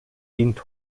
dient